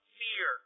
fear